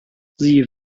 sie